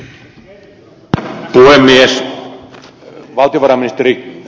arvoisa puhemies